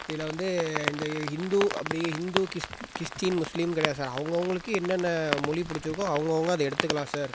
இதில் வந்து இந்த ஹிந்து அப்படியே ஹிந்து கிஸ் கிஸ்டின் முஸ்லீம் கிடையாது சார் அவங்கவுங்களுக்கு என்னென்ன மொழி பிடிச்சிருக்கோ அவங்கவுங்க அதை எடுத்துக்கலாம் சார்